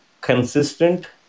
consistent